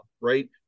right